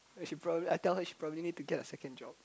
and she probably I tell her she probably need to get a second job